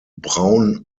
braun